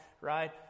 right